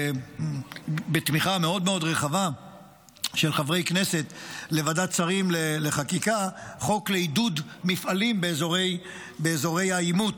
בתמיכה רחבה מאוד מאוד של חברי כנסת, חוק לעידוד מפעלים באזורי העימות.